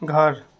घर